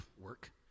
work